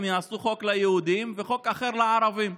הם יעשו חוק ליהודים וחוק אחר לערבים.